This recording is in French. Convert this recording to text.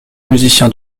musiciens